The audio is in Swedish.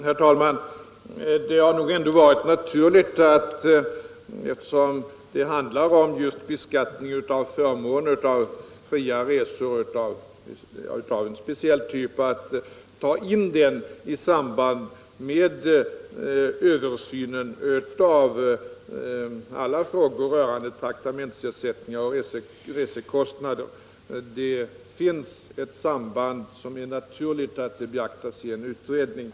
Herr talman! Eftersom det här handlar om beskattning av förmåner, av fria resor av en speciell typ, har det varit naturligt att ta upp detta i översynen av alla frågor rörande traktamentersättningar och resekostnader. Där finns ett samband, och det är naturligt att det beaktas i en utredning.